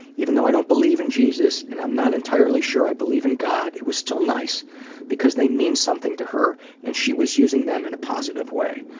even though i don't believe in jesus and i'm not entirely sure i believe in god it was still nice because they mean something to her and she was using them in a positive way,